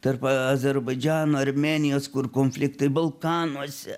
tarp azerbaidžano armėnijos kur konfliktai balkanuose